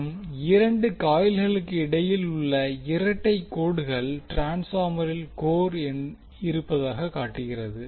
மற்றும் இரண்டு காயில்களுக்கு இடையில் உள்ள இரட்டை கோடுகள் ட்ரான்ஸ்பார்மரில் கோர் இருப்பதைக் காட்டுகிறது